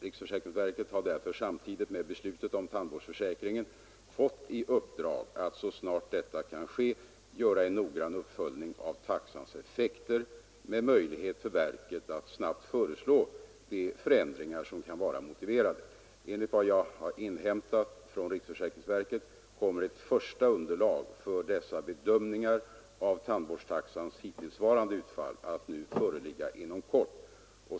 Riksförsäkringsverket har därför samtidigt med beslutet om tandvårdsförsäkringen fått i uppdrag att så snart detta kan ske göra en noggrann uppföljning av taxans effekter med möjlighet för verket att snabbt föreslå de förändringar som kan vara motiverade. Enligt vad jag har inhämtat från riksförsäkringsverket kommer ett första underlag för dessa bedömningar av tandvårdstaxans hittillsvarande utfall att föreligga inom kort.